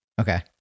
okay